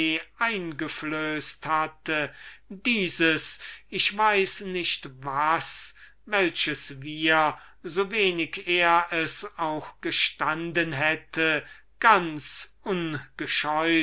eingeflößt hatte dieses ich weiß nicht was welches wir so wenig er es auch gestanden hätte ganz